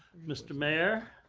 mr. mayor,